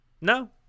no